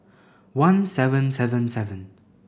one seven seven seven